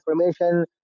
information